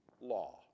law